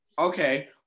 Okay